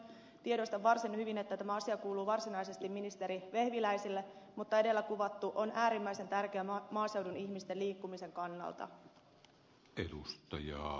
tiedostan varsin hyvin että tämä asia kuuluu varsinaisesti ministeri vehviläiselle mutta edellä kuvattu on äärimmäisen tärkeä maaseudun ihmisten liikkumisen kannalta